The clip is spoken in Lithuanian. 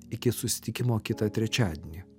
iki susitikimo kitą trečiadienį